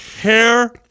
Hair